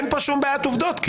אין פה שום בעיית עובדות.